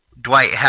Dwight